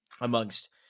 amongst